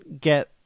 get